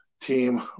team